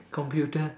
computer